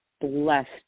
blessed